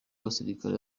abasirikare